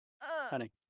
Honey